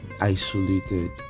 isolated